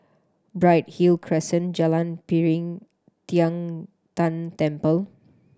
Bright Hill Crescent Jalan Piring Tian Tan Temple